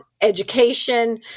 education